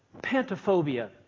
pantophobia